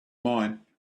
mine